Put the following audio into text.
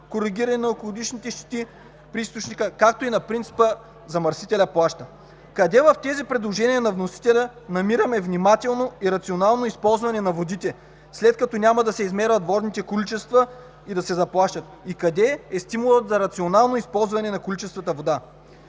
коригиране на екологичните щети при източника, както и на принципа „замърсителят плаща“.“ Къде в предложенията на вносителя намираме „внимателно и рационално използване на водите“, след като няма да се измерват водните количества и да се заплащат? Къде е стимулът за рационално използване на количествата вода?